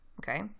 okay